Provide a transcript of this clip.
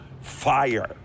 fire